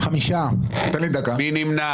מי נמנע?